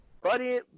Buddy